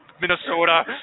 Minnesota